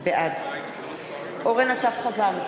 בעד אורן אסף חזן,